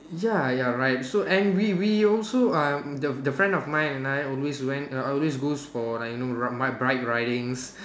ya you are right and so we we we also um the the friend of mine and I always went uh always goes for like you know uh bike ridings